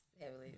Heavily